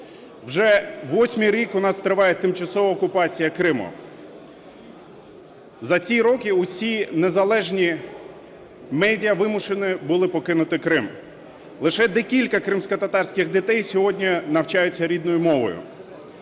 Вже восьмий рік у нас триває тимчасова окупація Криму. За ці роки усі незалежні медіа вимушені були покинути Крим. Лише декілька кримськотатарських дітей сьогодні навчаються рідною мовою.